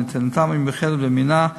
על נתינתם המיוחדת במינה,